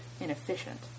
inefficient